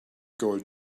gold